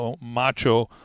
macho